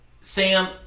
Sam